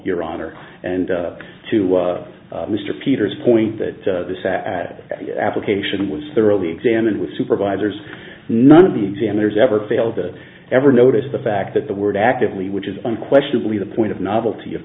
your honor and to mr peters point that this application was thoroughly examined with supervisors none of the examiners ever failed to ever notice the fact that the word actively which is unquestionably the point of novelty of